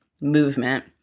movement